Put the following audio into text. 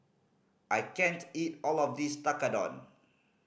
I can't eat all of this Tekkadon